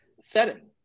setting